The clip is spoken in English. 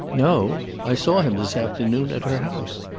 know? i saw him this afternoon, at her house.